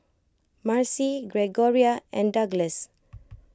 Marcy Gregoria and Douglass